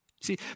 See